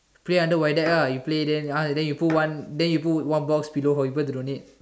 play under void deck ah you play then uh then you put one then you put one box below for people to donate